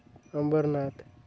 Ambernath